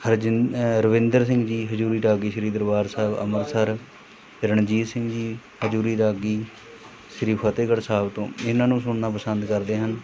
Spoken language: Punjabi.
ਹਰਜਿੰਦ ਰਵਿੰਦਰ ਸਿੰਘ ਜੀ ਹਜ਼ੂਰੀ ਰਾਗੀ ਸ਼੍ਰੀ ਦਰਬਾਰ ਸਾਹਿਬ ਅੰਮ੍ਰਿਤਸਰ ਰਣਜੀਤ ਸਿੰਘ ਜੀ ਹਜ਼ੂਰੀ ਰਾਗੀ ਸ਼੍ਰੀ ਫਤਿਹਗੜ ਸਾਹਿਬ ਤੋਂ ਇਹਨਾਂ ਨੂੰ ਸੁਣਨਾ ਪਸੰਦ ਕਰਦੇ ਹਨ